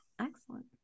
excellent